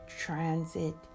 transit